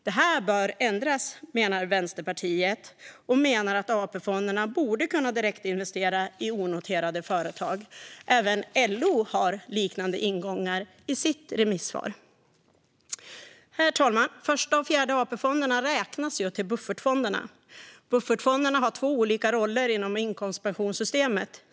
Det här bör ändras, menar Vänsterpartiet. Vi menar att AP-fonderna borde kunna direktinvestera i onoterade företag. Även LO har liknande ingångar i sitt remissvar. Herr talman! Första-Fjärde AP-fonderna räknas till buffertfonderna. Buffertfonderna har två olika roller inom inkomstpensionssystemet.